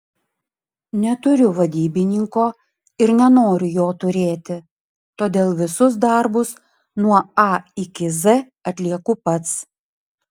neturiu vadybininko ir nenoriu jo turėti todėl visus darbus nuo a iki z atlieku pats